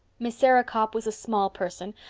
miss sarah copp was a small person,